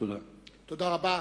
תודה רבה.